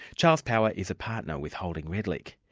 charles power is a partner with holding redlich.